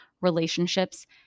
relationships